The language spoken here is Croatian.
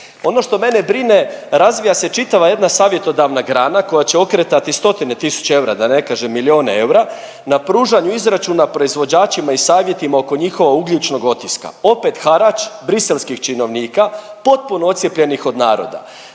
Ono što mene brine razvija se čitava jedna savjetodavna grana koja će okretati stotine tisuća eura da ne kažem milione eura na pružanju izračuna proizvođačima i savjetima oko njihova ugljičnog otiska. Opet harač briselskih činovnika potpuno odcijepljenih od naroda.